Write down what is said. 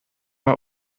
bei